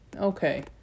Okay